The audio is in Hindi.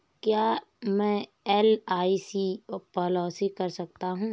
क्या मैं एल.आई.सी पॉलिसी कर सकता हूं?